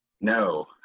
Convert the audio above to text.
No